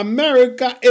America